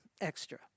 extra